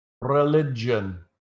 Religion